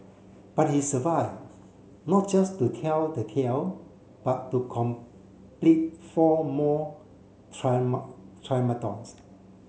but he survived not just to tell the tale but to complete four more